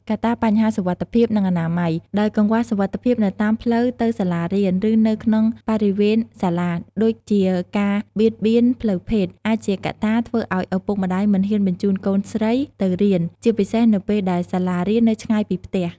កត្តាបញ្ហាសុវត្ថិភាព និងអនាម័យ ដោយកង្វះសុវត្ថិភាពនៅតាមផ្លូវទៅសាលារៀន ឬនៅក្នុងបរិវេណសាលា (ដូចជាការបៀតបៀនផ្លូវភេទ) អាចជាកត្តាធ្វើឲ្យឪពុកម្តាយមិនហ៊ានបញ្ជូនកូនស្រីទៅរៀន ជាពិសេសនៅពេលដែលសាលារៀននៅឆ្ងាយពីផ្ទះ។